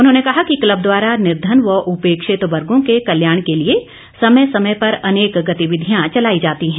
उन्होंने कहा कि क्बल द्वारा निर्घन व उपेक्षित वर्गो के कल्याण के लिए समय समय पर अनेक गतिविधियां चलाई जाती हैं